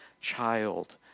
child